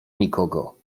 nikogo